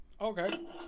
okay